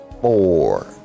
four